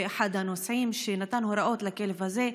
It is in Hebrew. אחד הנוסעים נתן הוראות לכלב הזה.